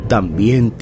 También